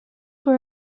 were